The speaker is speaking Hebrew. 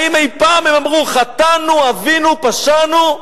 האם אי-פעם הם אמרו: חטאנו, עווינו, פשענו,